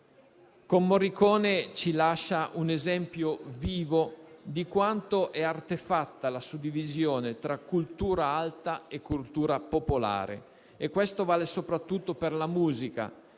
Con Morricone ci lascia un esempio vivo di quanto sia artefatta la suddivisione tra cultura alta e popolare: questo vale soprattutto per la musica,